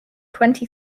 twenty